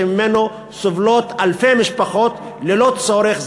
שאלפי משפחות ממנו סובלות ללא צורך.